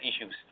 issues